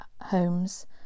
homes